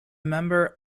member